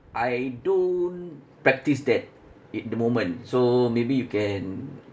I don't practice that it the moment so maybe you can